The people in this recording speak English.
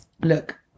look